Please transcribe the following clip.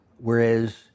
Whereas